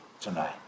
tonight